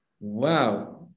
Wow